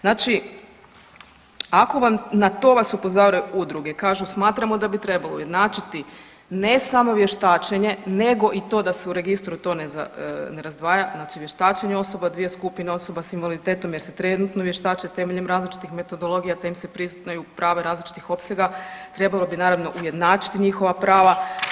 Znači ako vas na to upozoravaju udruge, kažu smatramo da bi trebali načeti ne samo vještačenje nego i to da se u registru to ne razdvaja, znači vještačenje osoba dvije skupina osoba s invaliditetom jer se trenutno vještače temeljem različitih metodologija te im se priznaju prava različitih opsega trebalo bi naravno ujednačiti njihova prava.